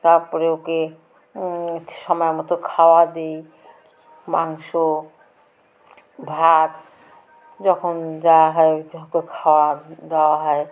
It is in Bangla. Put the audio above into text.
তারপরে ওকে সময় মতো খাবার দিই মাংস ভাত যখন যাওয়া হয় ওই খাওয়া দেওয়া হয়